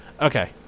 Okay